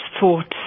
thoughts